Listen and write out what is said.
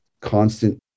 constant